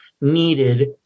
needed